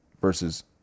versus